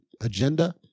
agenda